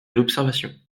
l’observation